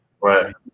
Right